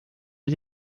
mit